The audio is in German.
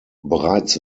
bereits